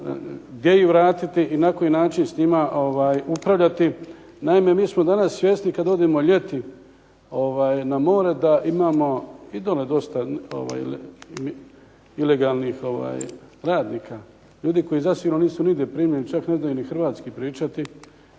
gdje ih vratiti i na koji način s njima upravljati. Naime, mi smo danas svjesni kad odemo ljeti na more da imamo i dole dosta ilegalnih radnika, ljudi koji zasigurno nisu nigdje primljeni, čak ne znaju ni hrvatski pričati,